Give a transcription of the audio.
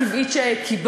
המתנה הטבעית שקיבלנו,